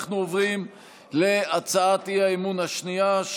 אנחנו עוברים להצעת האי-אמון השנייה,